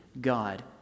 God